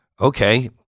Okay